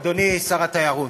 אדוני שר התיירות,